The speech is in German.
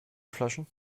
flaschen